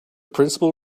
principal